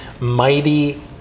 mighty